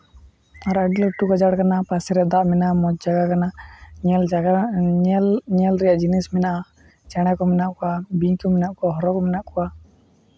ᱟᱨ ᱟᱹᱰᱤ ᱞᱟᱹᱴᱩ ᱜᱟᱡᱟᱲ ᱠᱟᱱᱟ ᱯᱟᱥᱨᱮ ᱫᱟᱜ ᱢᱮᱱᱟᱜᱼᱟ ᱢᱚᱡᱽ ᱡᱟᱭᱜᱟ ᱠᱟᱱᱟ ᱧᱮᱞ ᱡᱟᱭᱜᱟ ᱧᱮᱞ ᱧᱮᱞ ᱨᱮᱭᱟᱜ ᱡᱤᱱᱤᱥ ᱢᱮᱱᱟᱜᱼᱟ ᱪᱮᱬᱮ ᱠᱚ ᱢᱮᱱᱟᱜ ᱠᱚᱣᱟ ᱵᱤᱧ ᱠᱚ ᱢᱮᱱᱟᱜ ᱠᱚᱣᱟ ᱦᱚᱨᱚ ᱠᱚ ᱢᱮᱱᱟᱜ ᱠᱚᱣᱟ